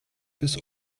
bis